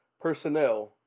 Personnel